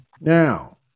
Now